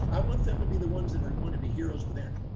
i want them to be the ones that are and wanting to be heroes within.